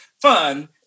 fun